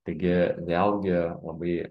taigi vėlgi labai